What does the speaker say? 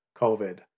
COVID